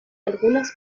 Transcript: algunas